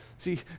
See